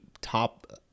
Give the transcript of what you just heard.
top